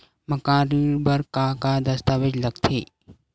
मकान ऋण बर का का दस्तावेज लगथे?